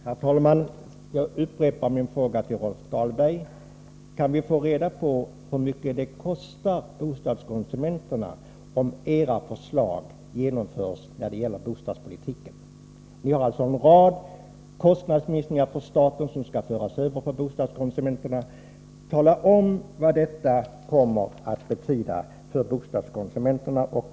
Herr talman! Jag upprepar min fråga till Rolf Dahlberg: Kan vi få reda på hur mycket det kostar bostadskonsumenterna om era förslag när det gäller bostadspolitiken genomförs? Ni föreslår en rad kostnadsminskningar för staten som skall föras över på bostadskonsumenterna. Tala om vad detta kommer att betyda för bostadskonsumenterna!